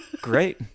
Great